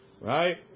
right